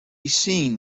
seen